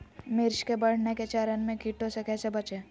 मिर्च के बढ़ने के चरण में कीटों से कैसे बचये?